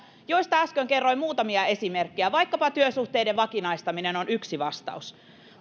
josta äsken kerroin muutamia esimerkkejä vaikkapa työsuhteiden vakinaistaminen on yksi vastaus